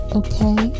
okay